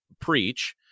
preach